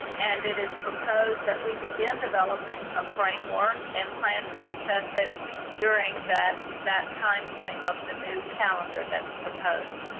and it is proposed that we begin developing a framework and plan to assess it during that that timeframe of the new calendar that's proposed.